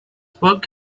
work